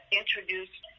introduced